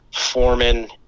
Foreman